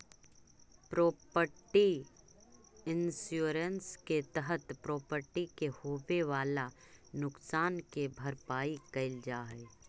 property insurance के तहत property के होवेऽ वाला नुकसान के भरपाई कैल जा हई